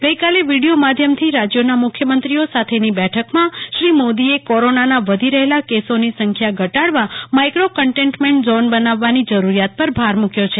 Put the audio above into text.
ગઈકાલે વીડિયો માધ્યમથી રાજ્યોના મુખ્યમંત્રીઓ સાથેની બેઠકમાં શ્રી મોદીએ કોરોનાના વધી રહેલા કેસોની સંખ્યા ઘટાડવા માઇક્રો કન્ટેન્ટમેન્ટ ઝોન બનાવવાની જ રૂરીયાત પર ભાર મૂક્યો છે